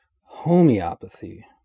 Homeopathy